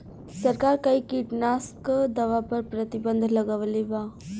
सरकार कई किटनास्क दवा पर प्रतिबन्ध लगवले बा